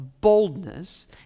boldness